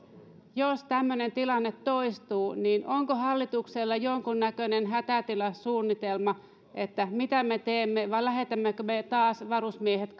jos tämmöinen tilanne toistuu niin onko hallituksella jonkunnäköinen hätätilasuunnitelma mitä me teemme vai lähetämmekö me taas varusmiehet